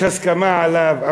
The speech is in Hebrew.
הסכמה עליו.